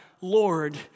Lord